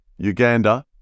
Uganda